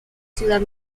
ciudad